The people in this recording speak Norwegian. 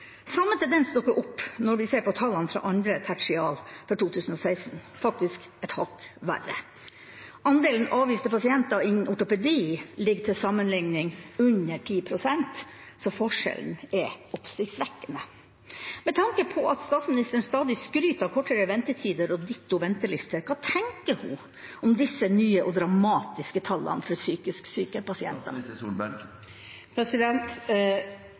Samme tendens dukker opp når vi ser på tallene fra andre tertial 2016 – faktisk et hakk verre. Andelen avviste pasienter innen ortopedi ligger til sammenligning under 10 pst., så forskjellen er oppsiktsvekkende. Med tanke på at statsministeren stadig skryter av kortere ventetider og ditto ventelister, hva tenker hun om disse nye og dramatiske tallene for psykisk syke pasienter? Jeg forutsetter at hvis en pasient